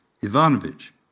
Ivanovich